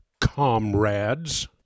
comrades